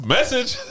Message